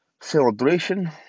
celebration